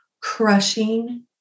crushing